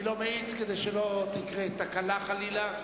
אני לא מאיץ כדי שלא תקרה תקלה חלילה.